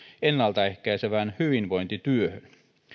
ennalta ehkäisevään hyvinvointityöhön